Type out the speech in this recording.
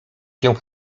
się